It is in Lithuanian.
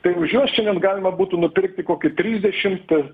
tai už juos šiandien galima būtų nupirkti kokį trisdešimt